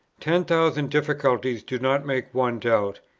ten thousand difficulties do not make one doubt,